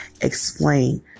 explain